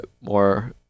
more